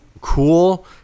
cool